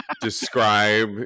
describe